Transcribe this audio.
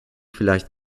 vielleicht